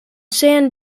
san